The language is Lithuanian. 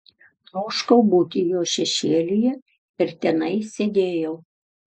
troškau būti jo šešėlyje ir tenai sėdėjau